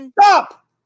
Stop